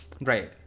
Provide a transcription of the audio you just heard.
right